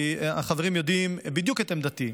כי החברים יודעים בדיוק את עמדתי.